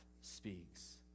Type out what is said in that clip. speaks